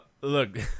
look